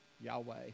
Yahweh